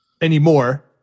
anymore